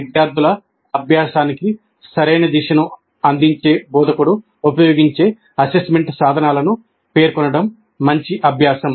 విద్యార్థుల అభ్యాసానికి సరైన దిశను అందించే బోధకుడు ఉపయోగించే అసెస్మెంట్ సాధనాలను పేర్కొనడం మంచి అభ్యాసం